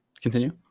continue